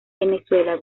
venezuela